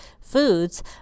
foods